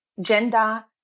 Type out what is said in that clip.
gender